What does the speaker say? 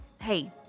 hey